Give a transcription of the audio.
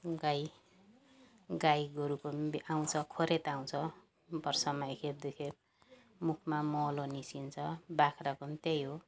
गाई गाई गोरुको बे आउँछ खोरेत आउँछ वर्षमा एक खेप दुई खेप मुखमा मलो निस्कन्छ बाख्राको त्यही हो